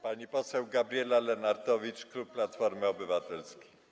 Pani poseł Gabriela Lenartowicz, klub Platformy Obywatelskiej.